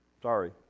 Sorry